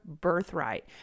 birthright